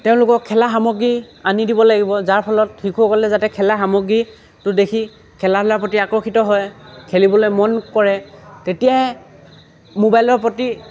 তেওঁলোকক খেলা সামগ্ৰী আনি দিব লাগিব যাৰ ফলত শিশুসকলে যাতে খেলা সামগ্ৰীটো দেখি খেলা ধূলাৰ প্ৰতি আকৰ্ষিত হয় খেলিবলৈ মন কৰে তেতিয়াই মোবাইলৰ প্ৰতি